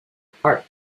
apart